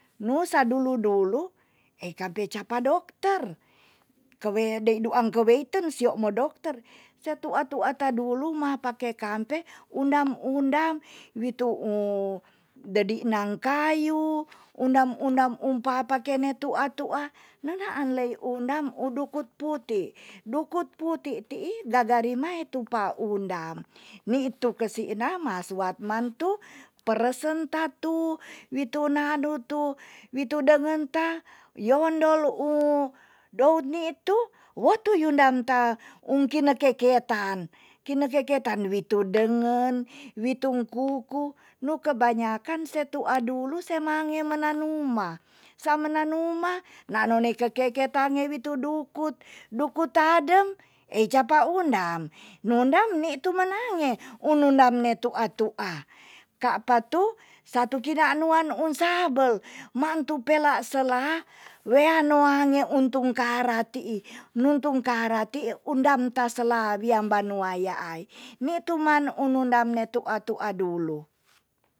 Nu sadulu dulu ei kampe ca pa dokter, kewe dei duang keweiten sio mo dokter, se tu'a tua ta dulu ma pake kampe undam undam wi tu de dik nang kayu undam undam um paa pakene tu'a tu'a, nenaan lei undam u dukut putih. duku putik ti'i gaga rinai tu pa undam. ni tu kesik na ma suap mantu peresen ta tu witu nanu tu wi tu dengen ta yolondolu dout ni tu wotu yundam ta um kine keketan. kine keketan witu dengen witung kuku nu kebanyakan se tu'a dulu semange menanuma, samenanuma naa ne kekeiketan witu dukut, dukut tadem e capa undam. nundam ni tu menange ununane tu'a tua. kaa pa tu satu kina nuan un sabel, maang tu pela sela wean noange un tungkara ti'i. nun tungkara ti undam ta sela wian banua yaai. ni tu ma unundam ne tu'a tu'a dulu.